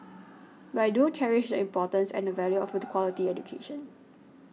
but I do cherish the importance and the value of the quality education